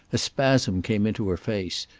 a spasm came into her face,